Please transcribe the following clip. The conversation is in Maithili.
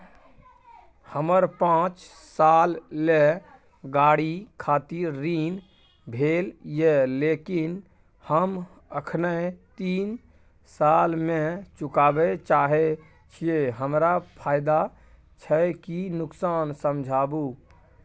हमर पाँच साल ले गाड़ी खातिर ऋण भेल ये लेकिन हम अखने तीन साल में चुकाबे चाहे छियै हमरा फायदा छै की नुकसान समझाबू?